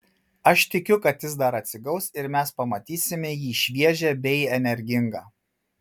aš tikiu kad jis dar atsigaus ir mes pamatysime jį šviežią bei energingą